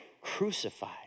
crucified